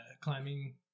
climbing